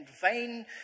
vain